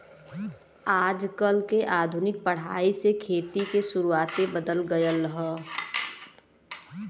आजकल के आधुनिक पढ़ाई से खेती के सुउरते बदल गएल ह